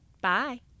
Bye